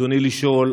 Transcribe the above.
ברצוני לשאול: